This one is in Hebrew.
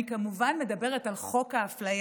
אני כמובן מדברת על חוק האפליה,